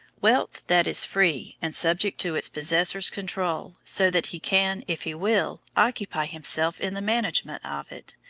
wealth that is free, and subject to its possessor's control, so that he can, if he will, occupy himself in the management of it,